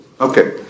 Okay